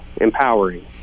empowering